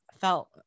felt